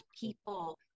people